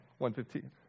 115